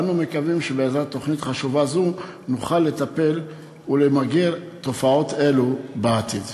אנו מקווים שבעזרת תוכנית חשובה זו נוכל לטפל ולמגר תופעות אלו בעתיד.